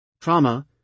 Trauma